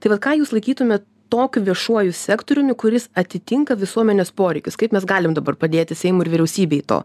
tai va ką jūs laikytumėt tokiu viešuoju sektoriumi kuris atitinka visuomenės poreikius kaip mes galim dabar padėti seimui ir vyriausybei to